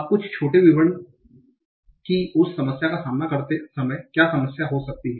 अब कुछ छोटे विवरण कि उस समस्या का सामना करते समय क्या समस्या हो सकती है